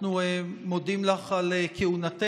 אנחנו מודים לך על כהונתך,